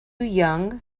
young